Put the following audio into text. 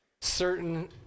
Certain